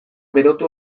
berotu